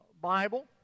Bible